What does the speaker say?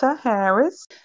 Harris